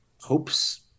Hopes